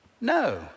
No